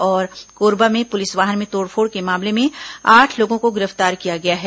और कोरबा में पुलिस वाहन में तोड़फोड़ के मामले में आठ लोगों को गिरफ्तार किया गया है